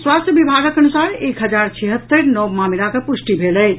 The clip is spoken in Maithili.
स्वास्थ्य विभागक अनुसार एक हजार छिहत्तरि नव मामिलाक पुष्टि भेल अछि